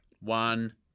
One